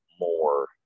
more